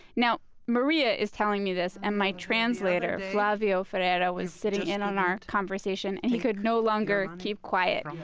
now maria is telling me this and my translator, flavio ferreira, was sitting in on our conversation. and he could no longer keep quiet.